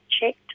checked